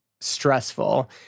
stressful